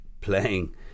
playing